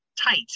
tight